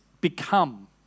become